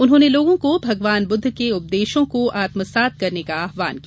उन्होंने लोगों को भगवान बुद्ध के उपदेशों को आत्मसात करने का आह्वान किया